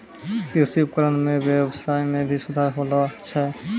कृषि उपकरण सें ब्यबसाय में भी सुधार होलो छै